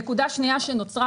נקודה שנייה שנוצרה,